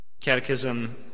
Catechism